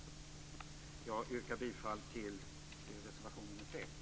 Jag yrkar bifall till reservation nr 3.